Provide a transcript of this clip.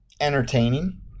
entertaining